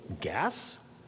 Gas